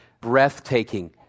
breathtaking